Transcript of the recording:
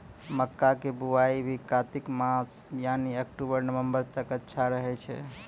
मक्का के बुआई भी कातिक मास यानी अक्टूबर नवंबर तक अच्छा रहय छै